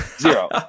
zero